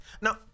Now